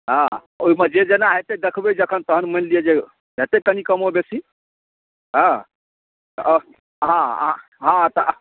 हँ ओहिमे जे जेना हेतै देखबै जखन तहन मानि लिअ जे हेतै कनी कमो बेसी हँ तऽ अहँ हँ तह